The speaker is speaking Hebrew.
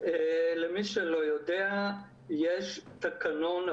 יהיו פה עשרות אלפי אנשים שיצטרכו טיפול,